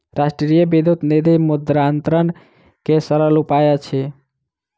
राष्ट्रीय विद्युत निधि मुद्रान्तरण के सरल उपाय अछि